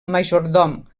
majordom